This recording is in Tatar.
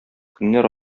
көннәр